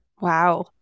Wow